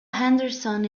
henderson